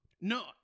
No